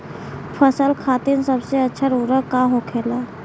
फसल खातीन सबसे अच्छा उर्वरक का होखेला?